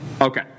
Okay